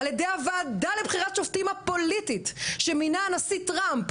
על ידי הוועדה לבחירת שופטים הפוליטית שמינה הנשיא טרמפ,